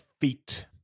feet